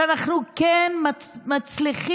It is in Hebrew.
שאנחנו כן מצליחים